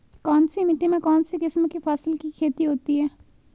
कौनसी मिट्टी में कौनसी किस्म की फसल की खेती होती है?